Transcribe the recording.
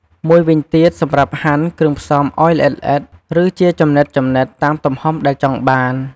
មួយវិញទៀត សម្រាប់ហាន់គ្រឿងផ្សំឲ្យល្អិតៗ ឬជាចំណិតៗ តាមទំហំដែលចង់បាន។